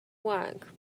work